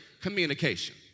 communication